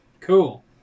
Cool